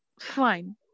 fine